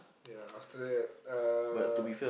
ya after that uh